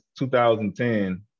2010